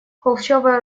холщовая